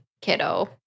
kiddo